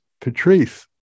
Patrice